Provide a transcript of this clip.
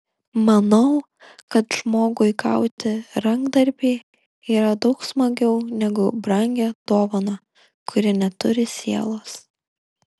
manau kad žmogui gauti rankdarbį yra daug smagiau negu brangią dovaną kuri neturi sielos